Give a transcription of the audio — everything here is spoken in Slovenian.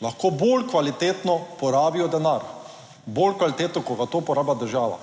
lahko bolj kvalitetno porabijo denar, bolj kvalitetno kot pa to porabi država.